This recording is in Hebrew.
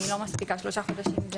של שלושה חודשים,